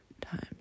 times